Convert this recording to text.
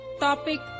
Topic